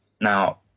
Now